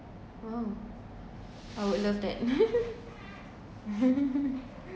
!wow! I would love that